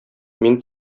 мин